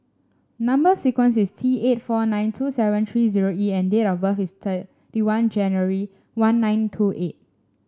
number sequence is T eight four nine two seven three zero E and date of birth is thirty one January one nine two eight